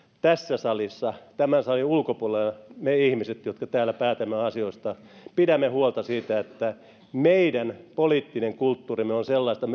tässä salissa ja tämän salin ulkopuolella me ihmiset jotka täällä päätämme asioista pidämme huolta siitä että meidän poliittinen kulttuurimme on sellaista